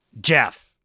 Jeff